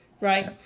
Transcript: right